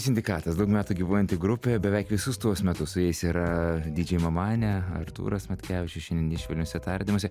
sindikatas daug metų gyvuojanti grupė beveik visus tuos metus su jais yra dydžėj mamanė artūras matkevičius šiandien švelniuose tardymuose